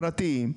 פרטיים,